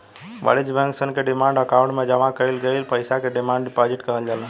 वाणिज्य बैंक सन के डिमांड अकाउंट में जामा कईल गईल पईसा के डिमांड डिपॉजिट कहल जाला